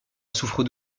souffre